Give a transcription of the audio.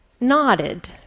nodded